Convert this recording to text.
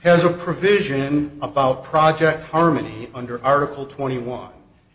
has a provision about project harmony under article twenty one